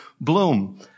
bloom